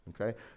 Okay